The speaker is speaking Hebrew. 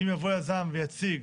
אם יבוא יזם ויציג